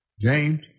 James